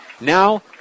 now